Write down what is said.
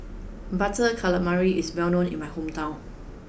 Butter Calamari is well known in my hometown